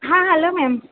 હા hello ma'am